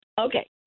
Okay